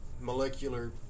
molecular